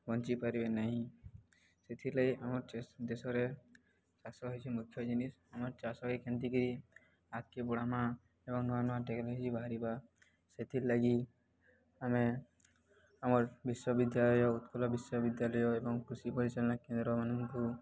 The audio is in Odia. ବଞ୍ଚିପାରିବେ ନାହିଁ ସେଥିରଲାଗି ଆମ ଦେଶରେ ଚାଷ ହେଉଛି ମୁଖ୍ୟ ଜିନିଷ୍ ଆମର ଚାଷ ହେଇ କେମତି କିରି ଆଗକେ ବଢ଼ମା ଏବଂ ନୂଆ ନୂଆ ଟେକ୍ନୋଲୋଜି ବାହାରିବା ସେଥିର୍ଲାଗି ଆମେ ଆମର ବିଶ୍ୱବିଦ୍ୟାଳୟ ଉତ୍କଳ ବିଶ୍ୱବିଦ୍ୟାଳୟ ଏବଂ କୃଷି ପରିଚାଳନା କେନ୍ଦ୍ରମାନଙ୍କୁ